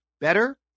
better